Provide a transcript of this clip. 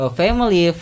family